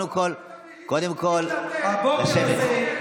קודם כול לשבת.